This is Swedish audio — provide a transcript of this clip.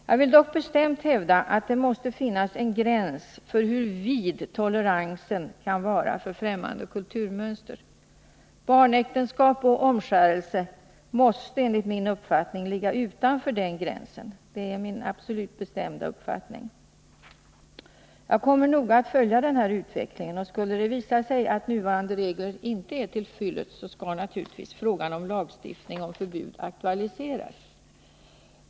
Jag vill dock bestämt hävda att det måste finnas en gräns för hur vid toleransen för främmande kulturmönster skall vara. Barnäktenskap och omskärelse måste ligga utanför den gränsen. Det är min absolut bestämda uppfattning. Jag kommer att noga följa utvecklingen av den här frågan, och skulle det visa sig att nuvarande regler inte är till fyllest, så skall naturligtvis frågan om lagstiftning om förbud aktualiseras.